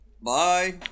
Bye